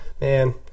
man